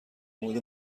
مورد